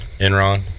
Enron